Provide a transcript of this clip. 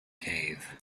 cave